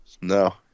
No